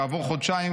כעבור חודשיים,